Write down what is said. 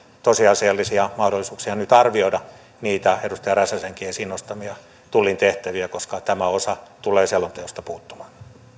tosiasiallisia mahdollisuuksia nyt arvioida niitä edustaja räsäsenkin esiin nostamia tullin tehtäviä koska tämä osa tulee selonteosta puuttumaan